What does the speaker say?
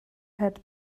had